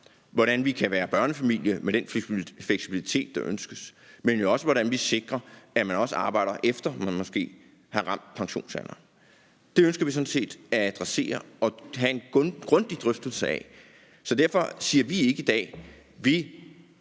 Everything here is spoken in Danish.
hvordan vi kan være børnefamilie med den fleksibilitet, der ønskes, men jo også hvordan vi sikrer, at man arbejder, efter man måske har ramt pensionsalderen. Det ønsker vi sådan set at adressere og have en grundig drøftelse af. Derfor siger vi ikke i dag: Vi